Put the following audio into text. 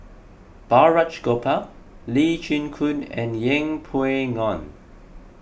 Balraj Gopal Lee Chin Koon and Yeng Pway Ngon